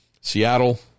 Seattle